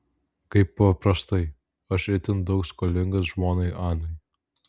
kaip paprastai aš itin daug skolingas žmonai anai